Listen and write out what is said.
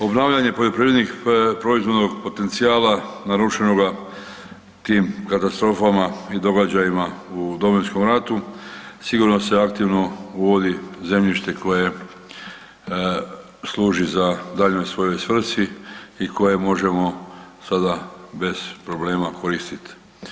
Obnavljanje poljoprivrednih, proizvodnog potencijala narušenoga tim katastrofama i događajima u Domovinskom ratu sigurno se aktivo vodi zemljište koje služi za daljnjoj svojoj svrsi i koje možemo sada bez problema koristiti.